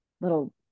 little